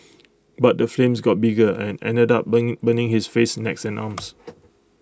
but the flames got bigger and ended up burn burning his face neck and arms